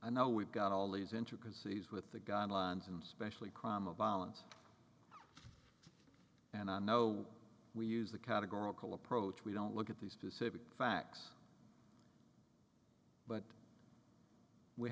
i know we've got all these intricacies with the guidelines and specially crime of violence and i know we use the categorical approach we don't look at the specific facts but we